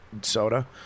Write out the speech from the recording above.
Soda